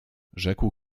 rzekł